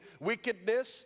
wickedness